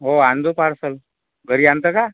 हो आणजो पार्सल घरी आणता का